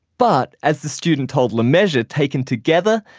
but as the student told lemessurier taken together,